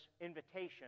invitation